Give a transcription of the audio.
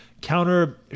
counter